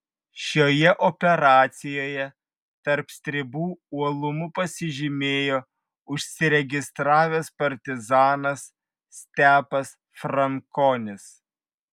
šioje operacijoje tarp stribų uolumu pasižymėjo užsiregistravęs partizanas stepas frankonis